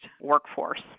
workforce